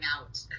out